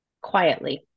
quietly